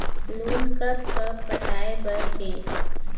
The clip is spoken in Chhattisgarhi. लोन कब कब पटाए बर हे?